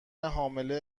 حامله